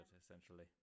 essentially